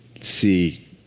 see